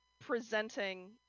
presenting